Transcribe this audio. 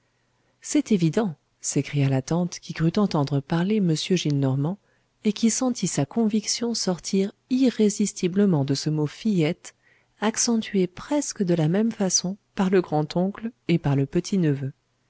c'est évident s'écria la tante qui crut entendre parler m gillenormand et qui sentit sa conviction sortir irrésistiblement de ce mot fillette accentué presque de la même façon par le grand-oncle et par le